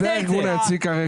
זה כרגע הארגון היציג.